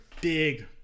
big